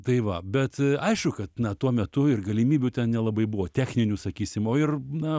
tai va bet aišku kad na tuo metu ir galimybių ten nelabai buvo techninių sakysim o ir na